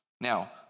Now